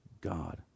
God